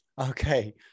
Okay